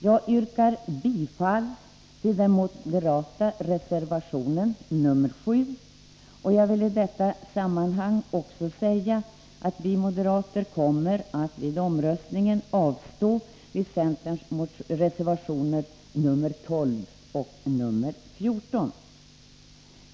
Jag yrkar bifall till den moderata reservationen 7, och jag vill i det sammanhanget säga att vi moderater vid omröstningen kommer att avstå från att rösta när det gäller centerns reservationer 12 och 14.